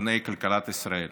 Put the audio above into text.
פני כלכלת ישראל.